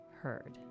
heard